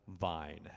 vine